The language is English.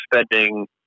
spending